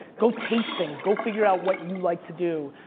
go taste things, go figure out what you like to do,